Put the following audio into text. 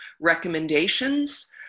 recommendations